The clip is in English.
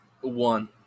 One